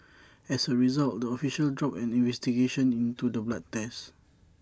as A result the official dropped an investigation into the blood test